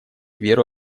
веру